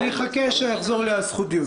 אני אחכה שיחזור לי הזכות דיבור.